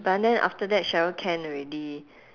but then after that sheryl can already